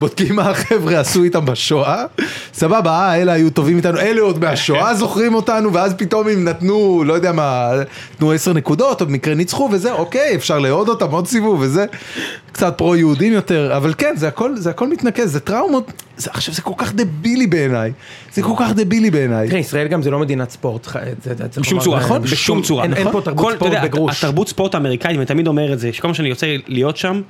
בודקים מה החבר'ה עשו איתם בשואה. סבבה, אה, אלה היו טובים איתנו. אלה עוד מהשואה זוכרים אותנו, ואז פתאום אם נתנו, לא יודע מה, נתנו עשר נקודות, או במקרה ניצחו, וזה אוקיי, אפשר לאהוד אותם עוד סיבוב וזה, קצת פרו-יהודים יותר. אבל כן, זה הכל מתנקז. זה טראומות. עכשיו זה כל כך דבילי בעיניי. זה כל כך דבילי בעיניי. תראה, ישראל גם זה לא מדינת ספורט. בשום צורה, נכון? התרבות ספורט אמריקאית, ואני תמיד אומר את זה, שכל מה שאני רוצה להיות שם...